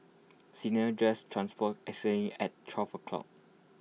Cinderella's dress transformed at twelve o'clock